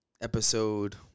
Episode